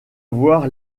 voir